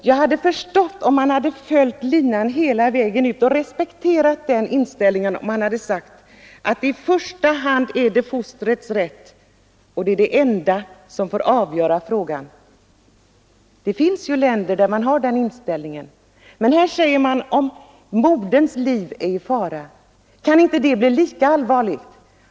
Jag hade förstått om man löpt linan ut, och jag hade respekterat om man hade sagt att det i första hand är fostrets rätt det gäller och att det är det enda som får avgöra frågan om abortoperation. Det finns ju länder där man har den inställningen. Men här säger man ”om moderns liv är i fara”. Kan inte det bli lika allvarligt?